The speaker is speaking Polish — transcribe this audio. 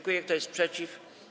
Kto jest przeciw?